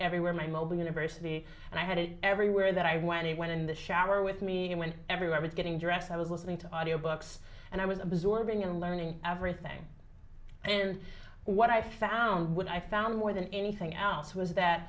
everywhere my mobile university and i had it everywhere that i went it went in the shower with me and went everywhere i was getting dressed i was listening to audiobooks and i was absorbing and learning everything and what i found what i found more than anything else was that